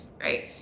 right